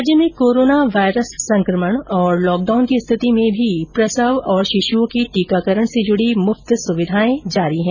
राज्य में corona virus संक्रमण और लॉकडाउन की स्थिति में भी प्रसव और शिशुओं के टीकाकरण से जुडी मुफ्त सुविधाएं जारी है